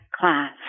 class